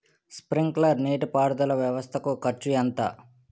Sprinkler నీటిపారుదల వ్వవస్థ కు ఖర్చు ఎంత?